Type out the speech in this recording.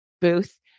booth